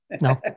No